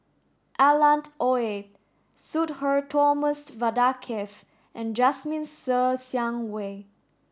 Alan Oei Sudhir Thomas Vadaketh and Jasmine Ser Xiang Wei